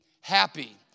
happy